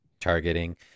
targeting